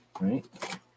right